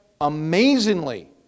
amazingly